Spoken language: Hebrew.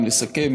אם נסכם,